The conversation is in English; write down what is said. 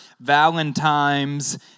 Valentine's